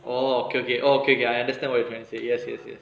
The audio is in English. oh okay okay okay okay I understand what you trying to say yes yes yes